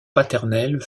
paternels